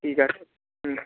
ঠিক আছে হুম